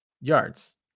yards